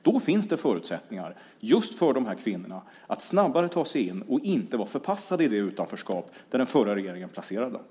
Då finns förutsättningen just för dessa kvinnor att snabbare ta sig in och inte vara förpassade till det utanförskap där den förra regeringen placerade dem.